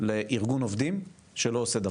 לארגון עובדים שלא עושה דבר,